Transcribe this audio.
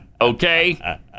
okay